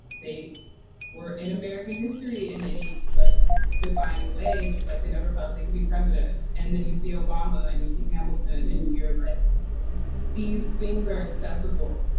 they were in american history in any like defining way, just like they never felt they could be president. and then you see obama and you see hamilton in here. but these being very accessible.